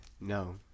no